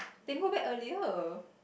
then go back earlier